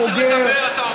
פתאום אתה ממהר.